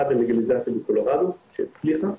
אחד הלגליזציה בקולורדו שהצליחה